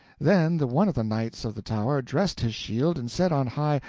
then the one of the knights of the tower dressed his shield, and said on high,